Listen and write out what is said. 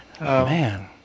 Man